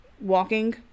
walking